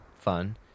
fun